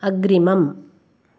अग्रिमम्